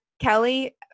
Kelly